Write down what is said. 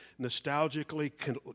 nostalgically